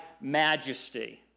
majesty